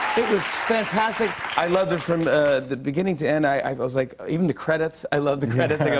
it was fantastic. i loved it from the beginning to end. i was like even the credits, i loved the credits. i go,